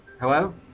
Hello